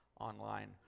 online